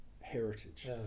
heritage